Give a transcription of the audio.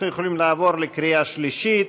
אנחנו יכולים לעבור לקריאה שלישית.